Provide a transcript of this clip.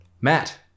Matt